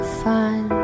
fun